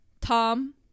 tom